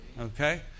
Okay